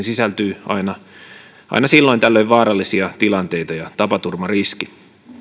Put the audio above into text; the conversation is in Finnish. sisältyy aina aina silloin tällöin vaarallisia tilanteita ja tapaturmariski